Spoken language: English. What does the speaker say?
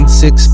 six